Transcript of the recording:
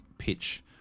pitch